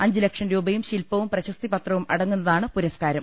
അഞ്ച്ലക്ഷം രൂപയും ശിൽപവും പ്രശസ്തിപത്രവും അടങ്ങുന്നതാണ് പുരസ്കാരം